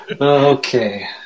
Okay